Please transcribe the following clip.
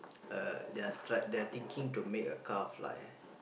uh they are tried they are thinking to make a car fly